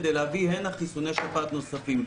כדי להביא לכאן חיסוני שפעת נוספים.